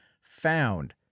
found